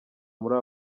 muri